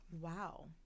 Wow